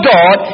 God